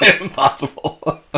Impossible